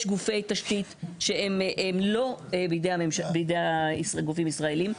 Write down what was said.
יש גופי תשתית שהם לא בידי גופים ישראליים,